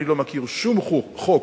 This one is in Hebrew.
אני לא מכיר שום חוק